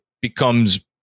becomes